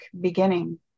beginning